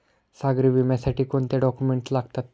सागरी विम्यासाठी कोणते डॉक्युमेंट्स लागतात?